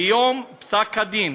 ביום פסק הדין,